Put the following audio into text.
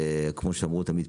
וכמו שאמרו תמיד,